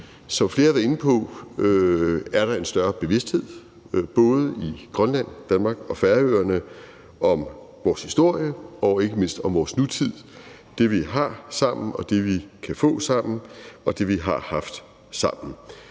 Som flere har været inde på, er der en større bevidsthed både i Grønland, i Danmark og på Færøerne om vores historie og ikke mindst om vores nutid – det, vi har sammen, det, vi kan få sammen, og det, vi har haft sammen.